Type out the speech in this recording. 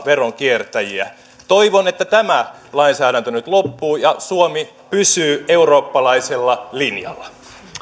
veronkiertäjiä toivon että tämä lainsäädäntö nyt loppuu ja suomi pysyy eurooppalaisella linjalla